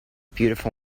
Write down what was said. beautiful